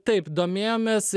taip domėjomės